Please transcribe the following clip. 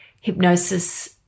hypnosis